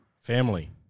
Family